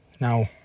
Now